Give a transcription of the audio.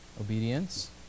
Obedience